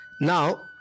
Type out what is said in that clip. Now